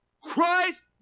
Christ